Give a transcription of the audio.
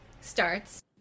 starts